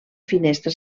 finestra